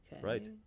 right